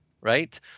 right